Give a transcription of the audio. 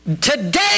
Today